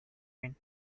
queen